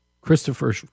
Christopher